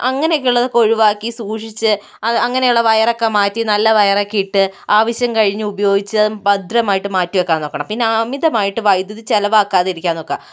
അങ്ങനെ ഒക്കെ ഉള്ളതൊക്കെ ഒഴിവാക്കി സൂക്ഷിച്ച് അങ്ങനെ ഉള്ള വയർ ഒക്കെ മാറ്റി നല്ല വയർ ഒക്കെ ഇട്ട് ആവശ്യം കഴിഞ്ഞ് ഉപയോഗിച്ചത് ഭദ്രമായിട്ട് മാറ്റി വയ്ക്കാൻ നോക്കണം പിന്നേ അമിതമായിട്ട് വൈദ്യുതി ചിലവാക്കാതിരിക്കാൻ നോക്കുക